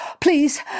Please